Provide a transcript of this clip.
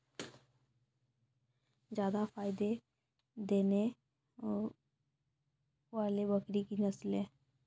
जादा फायदा देने वाले बकरी की नसले?